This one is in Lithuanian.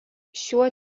šiuo